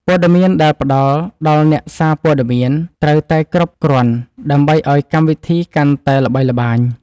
ព័ត៌មានដែលផ្ដល់ដល់អ្នកសារព័ត៌មានត្រូវតែគ្រប់គ្រាន់ដើម្បីឱ្យកម្មវិធីកាន់តែល្បីល្បាញ។